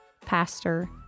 pastor